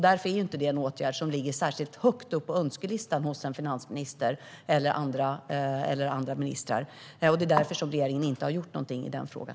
Därför är inte det en åtgärd som ligger särskilt högt uppe på önskelistan hos en finansminister eller andra ministrar. Detta är anledningen till att regeringen inte har gjort någonting i den frågan.